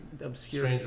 obscure